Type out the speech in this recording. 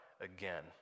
again